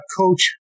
coach